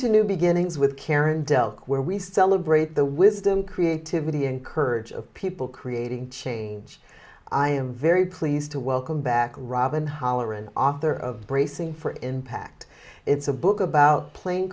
to new beginnings with karen delk where we celebrate the wisdom creativity and courage of people creating change i am very pleased to welcome back robin hollerin author of bracing for impact it's a book about plane